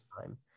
time